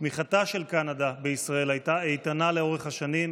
תמיכתה של קנדה בישראל הייתה איתנה לאורך השנים,